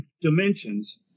dimensions